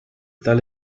tale